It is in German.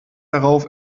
darauf